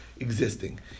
existing